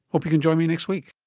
hope you can join me next week